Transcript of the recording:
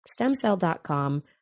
stemcell.com